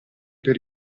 per